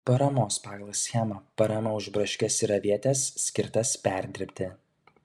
paramos pagal schemą parama už braškes ir avietes skirtas perdirbti